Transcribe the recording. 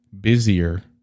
busier